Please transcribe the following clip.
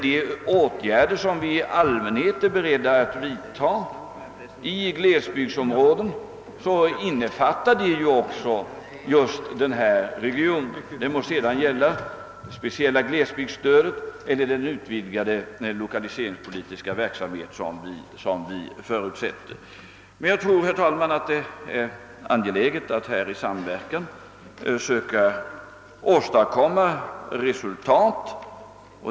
De åtgärder, som vi i allmänhet är beredda att vidta i glesbygdsområden, innefattar även denna region — det må sedan gälla det speciella glesbygdsstödet eller den utvidgade = lokaliseringspolitiska verksamheten. Jag anser, herr talman, att det är angeläget att i samverkan söka åstadkomma resultat.